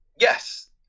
Yes